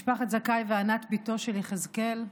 משפחת זכאי וענת בתו של יחזקאל,